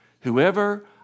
whoever